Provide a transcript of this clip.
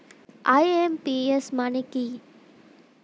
IMPS মানে কি?